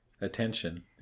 attention